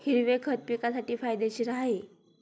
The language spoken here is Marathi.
हिरवे खत पिकासाठी फायदेशीर आहे